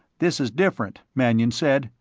this is different, mannion said.